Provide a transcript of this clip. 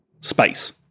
Space